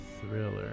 Thriller